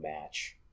match